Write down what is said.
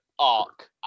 arc